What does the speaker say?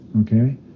Okay